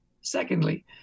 Secondly